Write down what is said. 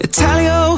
Italio